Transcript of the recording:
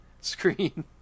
screen